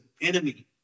enemy